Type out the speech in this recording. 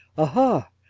aha!